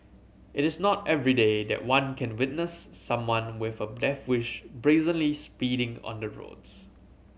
it is not everyday that one can witness someone with a bless wish brazenly speeding on the roads